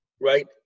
right